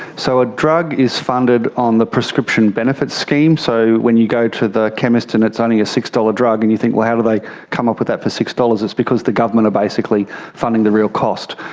so a drug is funded on the prescription benefits scheme, so when you go to the chemist and it's only a six dollars drug and you think, well, how did they come up with that for six dollars, it's because the government are basically funding the real cost.